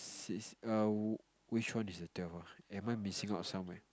six err which one is the twelve ah am I missing out somewhere